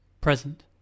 Present